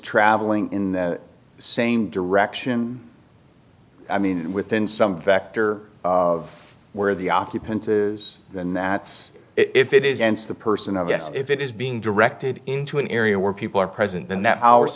traveling in the same direction i mean within some factor of where the occupant is the nats if it is and the person of yes if it is being directed into an area where people are present then that hou